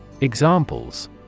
Examples